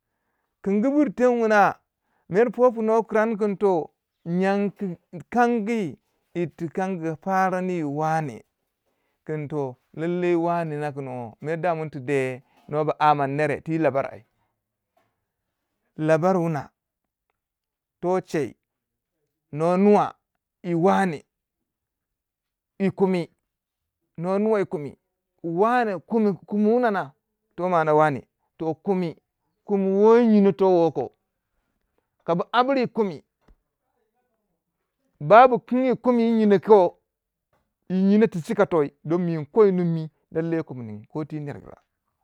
kin gu bur ten kina mer po pun toh tor yanki tikingi yir tikangi farani yi waneh kin toh lallai waniyokina mere ti deh ti labar ai, labar wuna toh che nwo nuwa yi wanneh yi kumi, nwo nuwa yi kumi. wa ne kumi wuna na na, toh nana waneh toh kumi kumi woyi nyino towo ko ka bu abure yi kumi ba bu kwewai kumi yi yinoku chika toh don inko yi nunmi ko ti ner wugira.